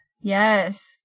Yes